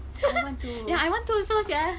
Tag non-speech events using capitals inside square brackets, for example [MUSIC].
[LAUGHS] I want to do so sia